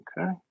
Okay